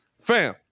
Fam